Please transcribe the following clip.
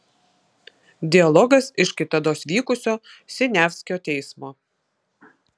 dialogas iš kitados vykusio siniavskio teismo